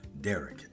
Derek